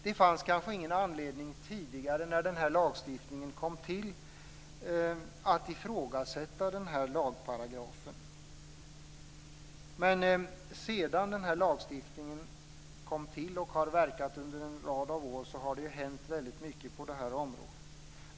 När den här lagstiftningen kom till fanns det kanske ingen anledning att ifrågasätta den här lagparagrafen, men sedan lagstiftningen kom till och efter det att den har verkat under en rad av år har det hänt väldigt mycket på det här området.